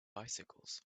bicycles